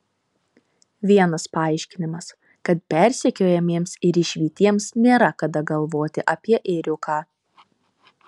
vienas paaiškinimas kad persekiojamiems ir išvytiems nėra kada galvoti apie ėriuką